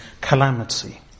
calamity